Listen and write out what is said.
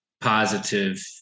positive